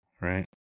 Right